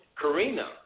Karina